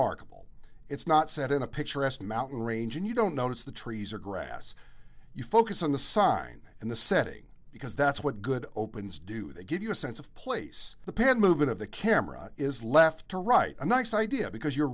unremarkable it's not set in a picturesque mountain range and you don't notice the trees or grass you focus on the sign and the setting because that's what good opens do they give you a sense of place the pen movement of the camera is left to right a nice idea because you're